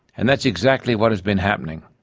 and that's exactly what has been happening.